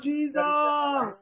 Jesus